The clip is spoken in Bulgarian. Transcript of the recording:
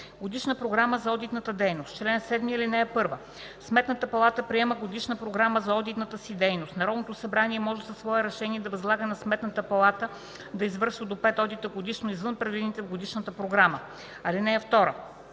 „Годишна програма за одитната дейност Чл. 7. (1) Сметната палата приема годишна програма за одитната си дейност. Народното събрание може със свое решение да възлага на Сметната палата да извършва до 5 одита годишно извън предвидените в годишната програма. (2)